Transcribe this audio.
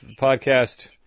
podcast